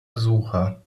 besucher